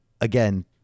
Again